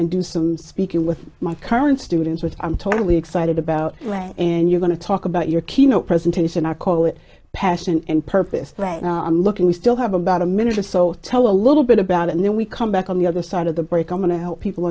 and do some speaking with my current students which i'm totally excited about when and you're going to talk about your keynote presentation are call it passion and purpose right now i'm looking we still have about a minute or so toe a little bit about and then we come back on the other side of the break i'm going to help people